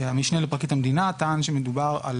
המשנה לפרקליט המדינה טען שמדובר על